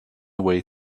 way